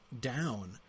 down